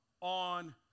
on